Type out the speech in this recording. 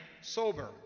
sober